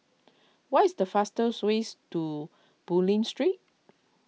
what is the fastest way to Bulim Street